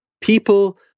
People